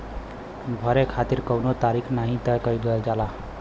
भरे खातिर कउनो तारीख नाही तय कईल जाला